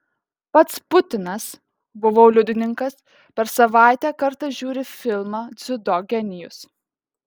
pats putinas buvau liudininkas per savaitę kartą žiūri filmą dziudo genijus